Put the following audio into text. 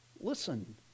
Listen